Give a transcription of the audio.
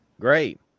Great